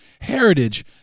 heritage